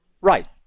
Right